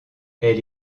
elle